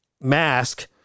mask